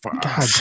God